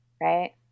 right